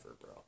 bro